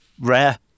rare